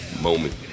moment